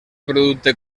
producte